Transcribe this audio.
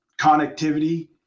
connectivity